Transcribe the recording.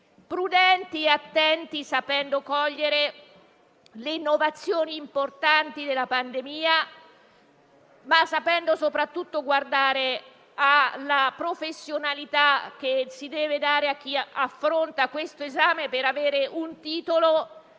prudenti e attenti, sapendo cogliere le innovazioni importanti derivanti dalla pandemia, ma sapendo soprattutto guardare alla professionalità che deve avere chi affronta questo esame per avere un titolo